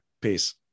Peace